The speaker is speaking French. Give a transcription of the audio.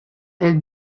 elle